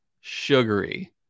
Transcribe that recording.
sugary